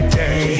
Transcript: day